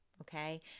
Okay